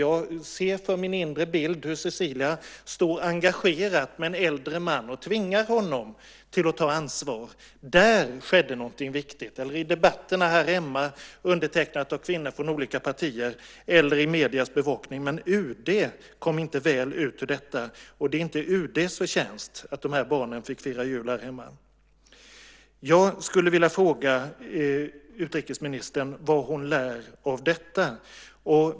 Jag ser för min inre syn hur Cecilia engagerat står med en äldre man och tvingar honom att ta ansvar. Där skedde någonting viktigt, liksom i debatterna här hemma, i artiklar undertecknade av kvinnor från olika partier eller i mediernas bevakning. Men UD kom inte väl ut ur detta. Det är inte UD:s förtjänst att de här barnen fick fira jul här hemma. Jag skulle vilja fråga utrikesministern vad hon lär av detta.